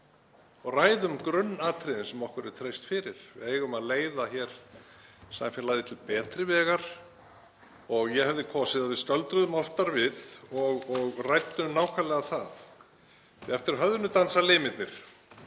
og ræðum — grunnatriðin sem okkur er treyst fyrir. Við eigum að leiða hér samfélagið til betri vegar og ég hefði kosið að við stöldruðum oftar við og ræddum nákvæmlega það, því að eftir höfðinu dansa limirnir,